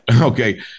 Okay